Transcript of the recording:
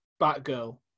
Batgirl